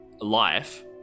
life